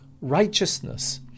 righteousness